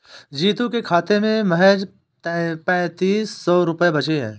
जीतू के खाते में महज पैंतीस सौ रुपए बचे हैं